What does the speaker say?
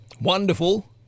Wonderful